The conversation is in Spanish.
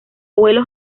abuelo